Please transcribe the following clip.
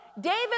David